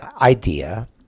idea